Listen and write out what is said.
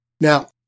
Now